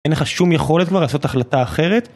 אין לך שום יכולת כבר לעשות החלטה אחרת.